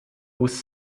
was